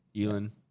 Elon